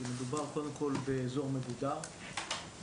כי מדובר באזור מגודר,